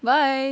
bye